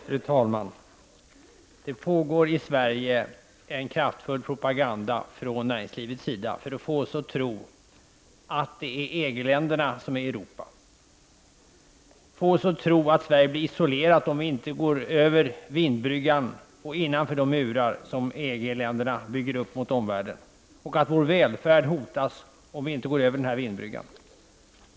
Fru talman! Det pågår i Sverige en kraftfull propaganda från näringslivets sida för att få oss att tro att det är EG-länderna som är Europa, för att få oss att tro att Sverige blir isolerat och vår välfärd hotad om vi inte går över vindbryggan och innanför de murar som EG-länderna bygger upp mot omvärlden.